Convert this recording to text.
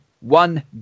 one